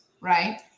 right